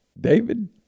David